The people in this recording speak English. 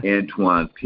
Antoine